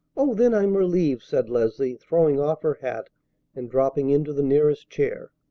oh! then i'm relieved, said leslie, throwing off her hat and dropping into the nearest chair.